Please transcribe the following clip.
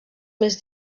més